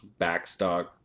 backstock